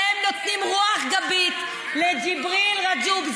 אתם נותנים רוח גבית לג'יבריל רג'וב.